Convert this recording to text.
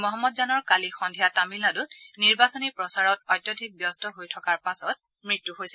মহম্মদ জানৰ কালি সন্ধিয়া তামিলনাডুত নিৰ্বাচনী প্ৰচাৰত অত্যধিক ব্যস্ত হৈ থকাৰ পিছত মৃত্যু হৈছিল